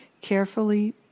carefully